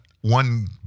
one